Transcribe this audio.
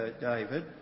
David